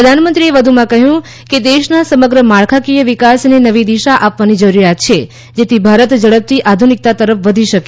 પ્રધાનમંત્રીએ કહ્યું કે દેશના સમગ્ર માળખાકીય વિકાસને નવી દિશા આપવાની જરૂરિયાત છે જેથી ભારત ઝડપથી આધુનિકતા તરફ વધી શકે